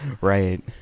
Right